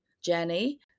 Jenny